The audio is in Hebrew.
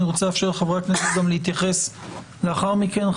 אני רוצה לאפשר לחברי הכנסת גם להתייחס לאחר מכן.